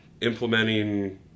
implementing